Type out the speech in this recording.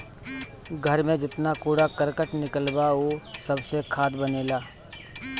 घर में जेतना कूड़ा करकट निकलत बा उ सबसे खाद बनेला